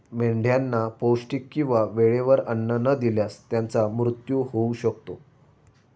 मेंढ्यांना पौष्टिक किंवा वेळेवर अन्न न दिल्यास त्यांचा मृत्यू होऊ शकतो